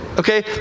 Okay